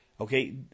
okay